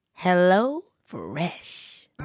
HelloFresh